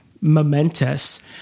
momentous